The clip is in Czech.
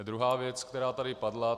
Druhá věc, která tady padla.